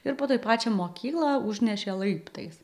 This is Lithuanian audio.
ir po to į pačią mokyklą užnešė laiptais